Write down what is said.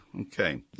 okay